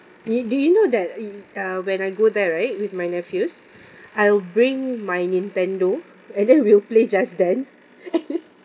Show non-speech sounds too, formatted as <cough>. do you do you know that uh when I go there right with my nephews I'll bring my nintendo and then we'll play just dance <laughs>